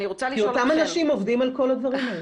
כי אותם אנשים עובדים על כל הדברים האלה.